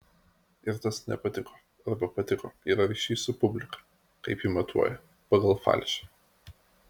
ir tas nepatiko arba patiko yra ryšys su publika kaip ji matuoja pagal falšą